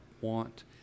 want